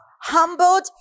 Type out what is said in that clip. Humbled